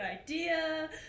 idea